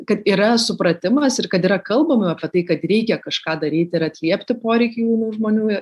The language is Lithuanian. kad yra supratimas ir kad yra kalbama apie tai kad reikia kažką daryti ir atliepti poreikį jaunų žmonių